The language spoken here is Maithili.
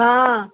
हाँ